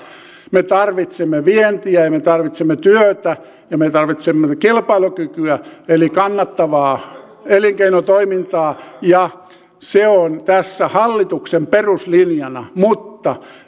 me tarvitsemme vientiä ja me tarvitsemme työtä ja me tarvitsemme kilpailukykyä eli kannattavaa elinkeinotoimintaa se on tässä hallituksen peruslinjana mutta